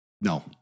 No